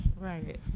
Right